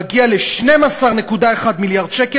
מגיע ל-12.1 מיליארד שקל.